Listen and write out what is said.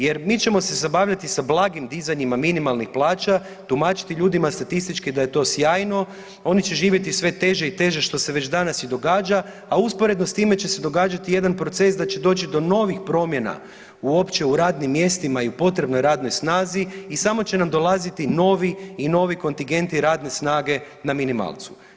Jer, mi ćemo se zabavljati sa blagim dizanjima minimalnih plaća, tumačiti ljudima statistički da je to sjajno, oni će živjeti sve teže i teže, što se već danas i događa, a usporedno s time će se događati i jedan proces, da će doći do novih promjena uopće u radnim mjestima i u potrebnoj radnoj snazi i samo će nam dolaziti novi i novi kontingenti i radne snage na minimalcu.